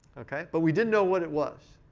ok? but we didn't know what it was.